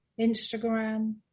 Instagram